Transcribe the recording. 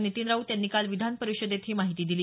नितीन राऊत यांनी काल विधानपरिषदेत ही माहिती दिली